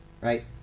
right